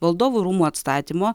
valdovų rūmų atstatymo